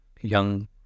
young